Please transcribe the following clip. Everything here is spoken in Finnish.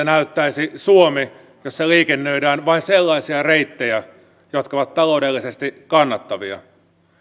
näyttäisi suomi jossa liikennöidään vain sellaisia reittejä jotka ovat taloudellisesti kannattavia